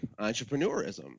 entrepreneurism